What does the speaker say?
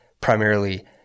primarily